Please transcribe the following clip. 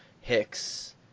Hicks